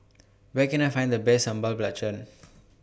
Where Can I Find The Best Sambal Belacan